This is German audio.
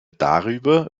darüber